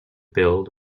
build